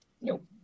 Nope